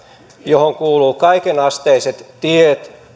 johon kuuluvat kaikenasteiset tiet